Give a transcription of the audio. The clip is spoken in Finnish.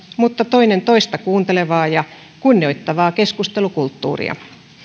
mutta toinen toista kuuntelevaa ja kunnioittavaa keskustelukulttuuria